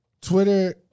Twitter